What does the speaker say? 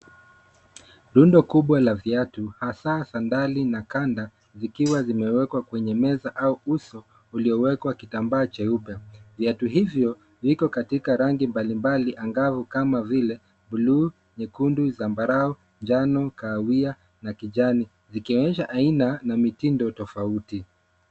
Lundo kubwa la viatu, hasa sandali, na kanda zikiwa zimewekwa kwenye meza, au uso uliowekwa kitambaa cheupe. Viatu hivyo viko katika rangi mbalimbali angavu, kama vile bluu, nyekundu, zambarau, njano, kahawia, na kijani, zikionyesha aina na mitindo tofauti.